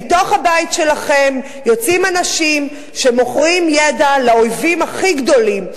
מתוך הבית שלכם יוצאים אנשים שמוכרים ידע לאויבים הכי גדולים.